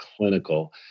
clinical